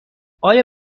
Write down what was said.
آیا